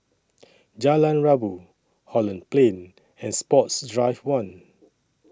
Jalan Rabu Holland Plain and Sports Drive one